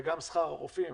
וגם שכר הרופאים.